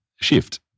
shift